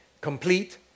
complete